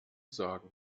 sagen